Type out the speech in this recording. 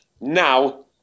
now